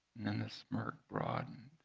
and then the smirk broadened,